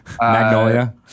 Magnolia